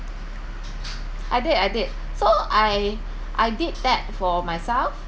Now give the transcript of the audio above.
I did I did so I I did that for myself